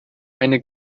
eine